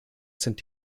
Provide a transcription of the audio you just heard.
sind